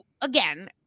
again